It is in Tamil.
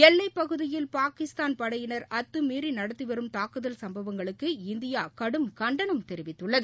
எல்லைப் பகுதியில் பாகிஸ்தான் படையினர் அத்தமீறி நடத்தி வரும் தாக்குல் சும்பவங்களுக்கு இந்தியா கடும் கண்டனம் தெரிவித்துள்ளது